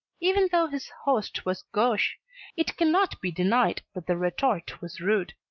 even though his host was gauche it cannot be denied that the retort was rude.